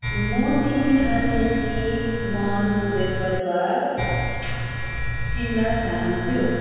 म तिन थान नेस्ले मन्च वेफर बार किन्न चाहन्छु